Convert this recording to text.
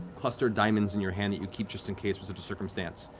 clustered diamonds in your hand that you keep just in case for such a circumstance,